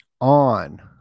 on